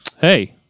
Hey